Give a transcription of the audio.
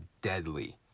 deadly